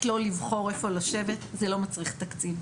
לו לבחור איפה לשבת זה לא מצריך תקציב,